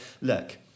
Look